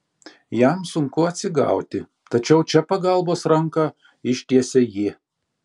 jam sunku atsigauti tačiau čia pagalbos ranką ištiesia ji